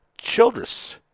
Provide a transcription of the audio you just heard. Childress